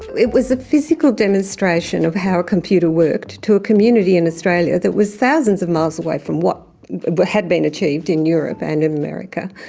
it was a physical demonstration of how a computer worked to a community in australia that was thousands of miles away from what what had been achieved in europe and in america.